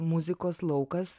muzikos laukas